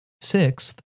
Sixth